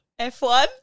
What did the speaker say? F1